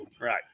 Right